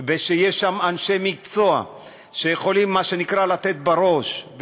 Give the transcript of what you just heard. ושיש שם אנשי מקצוע שיכולים מה שנקרא לתת בראש,